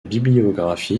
bibliographie